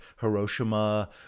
Hiroshima